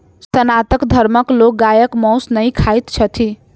सनातन धर्मक लोक गायक मौस नै खाइत छथि